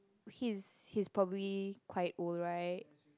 he is he is probably quite old right